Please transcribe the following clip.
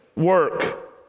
work